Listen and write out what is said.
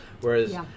whereas